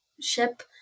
ship